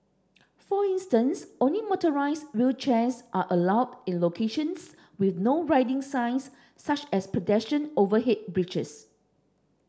for instance only motorised wheelchairs are allowed in locations with No Riding signs such as pedestrian overhead bridges